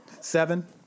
Seven